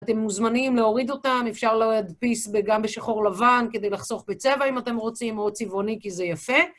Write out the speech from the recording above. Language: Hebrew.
אתם מוזמנים להוריד אותם, אפשר להדפיס גם בשחור לבן כדי לחסוך בצבע אם אתם רוצים, או צבעוני כי זה יפה.